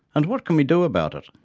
and what can we do about it?